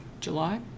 July